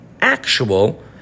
actual